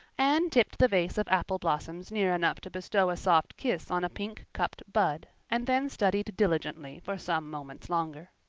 anne tipped the vase of apple blossoms near enough to bestow a soft kiss on a pink-cupped bud, and then studied diligently for some moments longer.